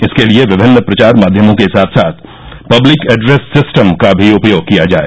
इसके लिए विमिन्न प्रचार माध्यमों के साथ साथ पब्लिक एड्रेस सिस्टम का भी उपयोग किया जाए